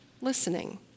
listening